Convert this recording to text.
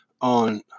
on